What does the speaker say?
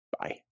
Bye